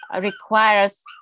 requires